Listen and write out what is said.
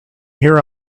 here